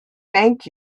thank